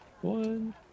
One